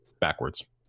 backwards